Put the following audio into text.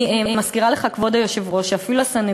אני מזכירה לך, כבוד היושב-ראש, שאפילו הסנהדרין,